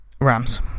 Rams